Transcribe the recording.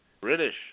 British